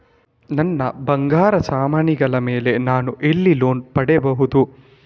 ನನ್ನ ಬಂಗಾರ ಸಾಮಾನಿಗಳ ಮೇಲೆ ನಾನು ಎಲ್ಲಿ ಲೋನ್ ಪಡಿಬಹುದು?